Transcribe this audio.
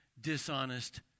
dishonest